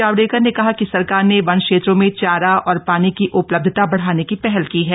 जावडेकर ने कहा कि सरकार ने वन क्षेत्रों में चारा और पानी की उपलब्धता बढाने की पहल की है